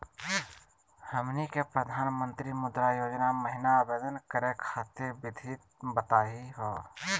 हमनी के प्रधानमंत्री मुद्रा योजना महिना आवेदन करे खातीर विधि बताही हो?